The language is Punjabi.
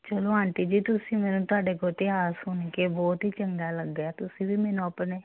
ਚਲੋ ਆਂਟੀ ਜੀ ਤੁਸੀਂ ਮੈਨੂੰ ਤੁਹਾਡੇ ਕੋਲ ਇਤਿਹਾਸ ਸੁਣ ਕੇ ਬਹੁਤ ਹੀ ਚੰਗਾ ਲੱਗਿਆ ਤੁਸੀਂ ਵੀ ਮੈਨੂੰ ਆਪਣੇ